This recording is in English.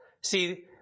See